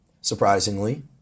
surprisingly